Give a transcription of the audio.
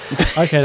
Okay